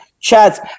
chats